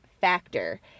Factor